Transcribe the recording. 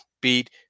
beat